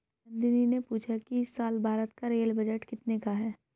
नंदनी ने पूछा कि इस साल भारत का रेल बजट कितने का है?